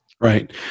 Right